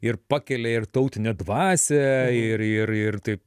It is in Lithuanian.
ir pakelia ir tautinę dvasią ir ir ir taip